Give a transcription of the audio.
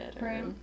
Right